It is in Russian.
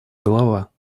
голова